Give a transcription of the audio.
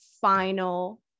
final